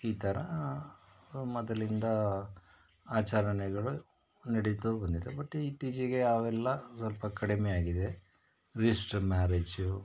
ಈ ಥರ ಮೊದಲಿಂದ ಆಚರಣೆಗಳು ನಡೀತ ಬಂದಿದೆ ಬಟ್ ಇತ್ತೀಚೆಗೆ ಅವೆಲ್ಲ ಸ್ವಲ್ಪ ಕಡಿಮೆಯಾಗಿದೆ ರಿಜ್ಸ್ಟ್ರು ಮ್ಯಾರೇಜು